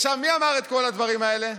מי אמר את כל הדברים האלה?